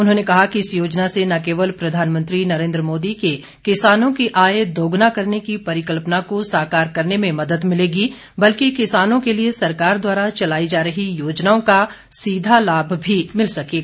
उन्होंने कहा कि इस योजना से न केवल प्रधानमंत्री नरेन्द्र मोदी के किसानों की आय दोगुना करने की परिकल्पना को साकार करने में मदद मिलेगी बल्कि किसानों के लिए सरकार द्वारा चलाई जा रही योजनाओं का सीधा लाभ भी मिल सकेगा